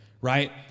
right